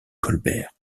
colbert